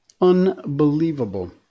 Unbelievable